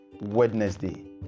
Wednesday